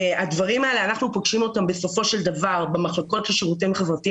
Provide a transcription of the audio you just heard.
אנחנו פוגשים אותן בסופו של דבר במחלקות לשירותים חברתיים